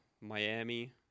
Miami